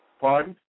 Pardon